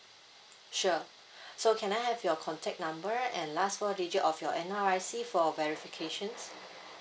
sure so can I have your contact number and last four digit of your N_R_I_C for verification